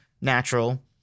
natural